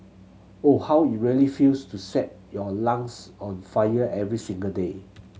or how it really feels to set your lungs on fire every single day